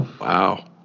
Wow